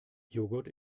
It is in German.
joghurt